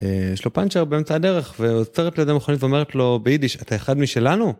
יש לו פאנצ'ר באמצע הדרך, ועוצרת לידי מכונית ואומרת לו ביידיש, אתה אחד משלנו?